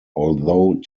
although